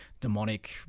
demonic